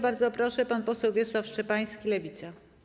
Bardzo proszę, pan poseł Wiesław Szczepański, Lewica.